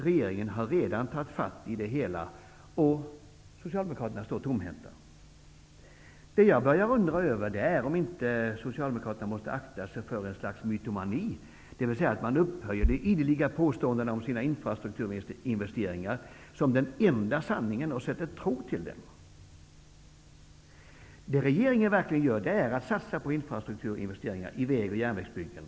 Regeringen har redan tagit tag i det hela och Socialdemokraterna står tomhänta. Jag börjar undra om inte Socialdemokraterna måste akta sig för en slags mytomani, dvs. att upphöja de ideliga påståendena om infrastrukturinvesteringar som den enda sanningen och att sätta tro till dem. Regeringen satsar verkligen på infrastrukturinvesteringar i väg och järnvägsbyggen.